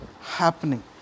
happening